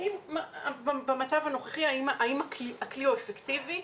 האם במצב הנוכחי הכלי הוא אפקטיבי?